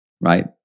right